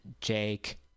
Jake